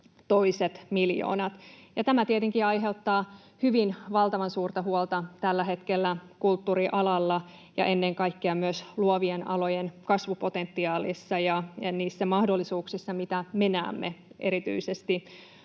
Tämä tietenkin aiheuttaa valtavan suurta huolta tällä hetkellä kulttuurialalla ja ennen kaikkea myös luovien alojen kasvupotentiaalissa ja niissä mahdollisuuksissa, mitä me näemme erityisesti